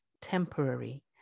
temporary